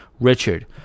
Richard